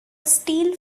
steel